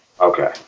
Okay